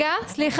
ממש